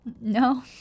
no